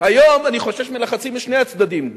היום אני חושש מלחצים משני הצדדים,